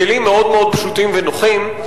בכלים מאוד פשוטים ונוחים.